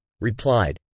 replied